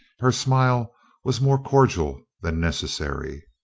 her smile was more cordial than necessary.